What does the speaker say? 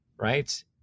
right